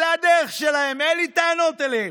זו הדרך שלהם ואין לי טענות אליהם,